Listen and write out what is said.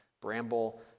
bramble